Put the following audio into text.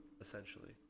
essentially